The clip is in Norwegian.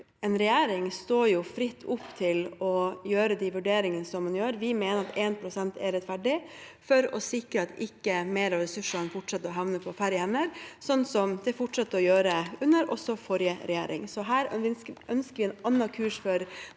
en regjering står fritt i å foreta de vurderingene man gjør. Vi mener at 1 pst. er rettferdig for å sikre at ikke mer av ressursene fortsetter å havne på færre hender, slik som de fortsatte å gjøre under forrige regjering. Her ønsker vi en annen kurs for